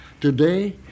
Today